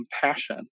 compassion